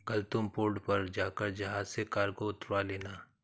कल तुम पोर्ट पर जाकर जहाज से कार्गो उतरवा लेना